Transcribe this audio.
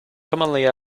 commonly